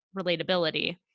relatability